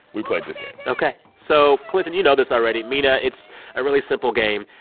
we played this game ok. so, clinton, you know this already. mina, it's a really simple game.